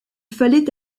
fallait